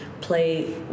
play